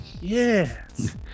Yes